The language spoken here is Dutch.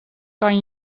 kan